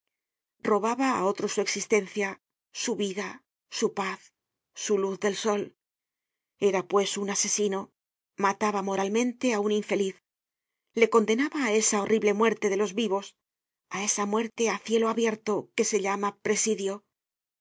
robaba á otro su existencia su vida su paz su luz del sol era pues un asesino mataba moralmente á un infeliz le condenaba á esa horrible muerte de los vivos á esa muerte á cielo abierto que se llama presidio